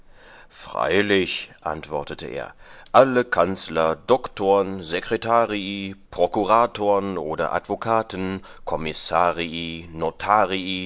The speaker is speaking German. freilich antwortete er alle kanzler doktorn secretarii procuratorn oder advokaten commissarii